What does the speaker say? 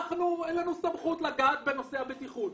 לנו אין סמכות לגעת בנושא הבטיחות.